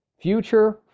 future